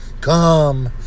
Come